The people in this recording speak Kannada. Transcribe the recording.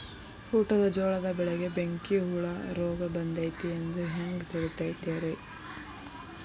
ಊಟದ ಜೋಳದ ಬೆಳೆಗೆ ಬೆಂಕಿ ಹುಳ ರೋಗ ಬಂದೈತಿ ಎಂದು ಹ್ಯಾಂಗ ತಿಳಿತೈತರೇ?